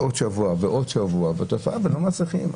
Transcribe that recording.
עוד שבוע ועוד שבוע, יש תופעה ולא מצליחים.